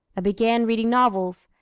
i began reading novels,